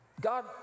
God